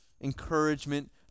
encouragement